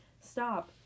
stop